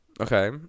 Okay